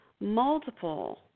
multiple